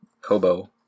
Kobo